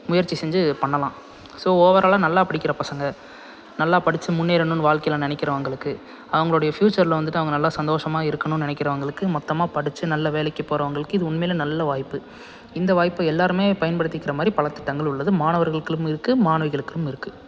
முயற்சி செஞ்சு பண்ணலாம் ஸோ ஓவராலாக நல்லா படிக்கிற பசங்கள் நல்லா படித்து முன்னேறணுன்னு வாழ்க்கையில் நினைக்கிறவங்களுக்கு அவங்களோடைய ஃப்யூச்சர்ல வந்துட்டு அவங்க நல்லா சந்தோஷமாக இருக்கணும்னு நினைக்கிறவங்களுக்கு மொத்தமாக படித்து நல்ல வேலைக்கு போகிறவங்களுக்கு இது உண்மையிலே நல்ல வாய்ப்பு இந்த வாய்ப்பு எல்லாருமே பயன்படுத்திக்கிற மாதிரி பல திட்டங்கள் உள்ளது மாணவர்களுக்கும் இருக்குது மாணவிகளுக்கும் இருக்குது